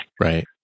right